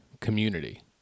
community